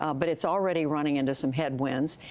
um but it's already running into some headwinds.